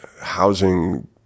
housing